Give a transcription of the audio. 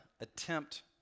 attempt